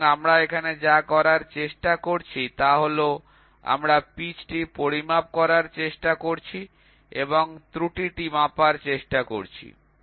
সুতরাং আমরা এখানে যা করার চেষ্টা করছি তা হল আমরা পিচটি পরিমাপ করার চেষ্টা করছি এবং আমরা ত্রুটিটি মাপার চেষ্টা করছি